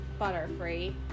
Butterfree